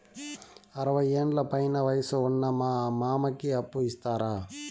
అరవయ్యేండ్ల పైన వయసు ఉన్న మా మామకి అప్పు ఇస్తారా